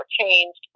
changed